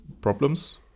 problems